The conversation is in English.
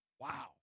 Wow